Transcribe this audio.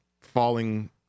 falling